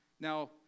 Now